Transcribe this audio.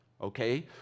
okay